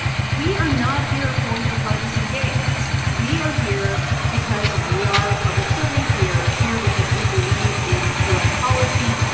we are not here for your partisan games. we are here because we are public servants. we are here because we believe in u s. policy.